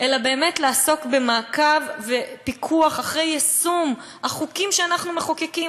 אלא באמת לעסוק במעקב ופיקוח אחרי יישום החוקים שאנחנו מחוקקים.